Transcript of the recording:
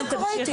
לא ראיתי.